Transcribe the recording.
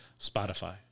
Spotify